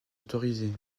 autorisés